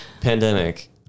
pandemic